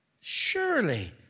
Surely